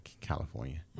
California